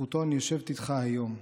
בזכותו אני יושבת איתך היום.